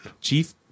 Chief